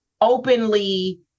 openly